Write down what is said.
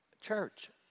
Church